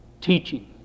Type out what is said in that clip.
Teaching